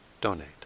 donate